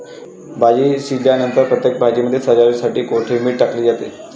भाजी शिजल्यानंतर प्रत्येक भाजीमध्ये सजावटीसाठी कोथिंबीर टाकली जाते